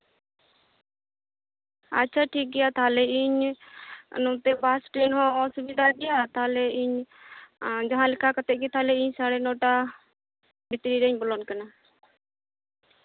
ᱟᱪᱪᱟ ᱴᱷᱤᱠᱜᱮᱭᱟ ᱛᱟᱞᱦᱮ ᱤᱧ ᱱᱚᱛᱮ ᱵᱟᱥ ᱴᱨᱮᱱ ᱦᱚᱸ ᱚᱥᱩᱵᱤᱛᱟ ᱜᱮᱭᱟ ᱛᱟᱞᱦᱮ ᱤᱧ ᱡᱟᱦᱟᱸᱞᱮᱠᱟ ᱠᱟᱛᱮ ᱜᱮ ᱤᱧ ᱥᱟᱲᱮ ᱱᱚ ᱴᱟ ᱵᱷᱤᱛᱤᱨ ᱨᱤᱧ ᱵᱚᱞᱚᱱ ᱠᱟᱱᱟ